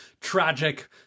tragic